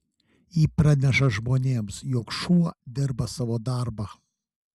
ji praneša žmonėms jog šuo dirba savo darbą